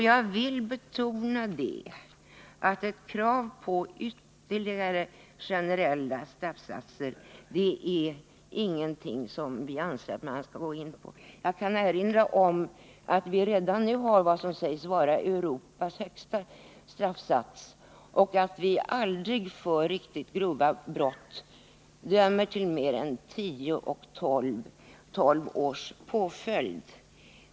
Jag vill betona att utskottet inte anser att vi skall gå in på en diskussion om ytterligare generella straffsatser. Jag kan också erinra om att vi redan nu har vad som sägs vara Europas högsta straffsatser och att vi aldrig för riktigt grova brott dömer till mer än tio till tolv års påföljd.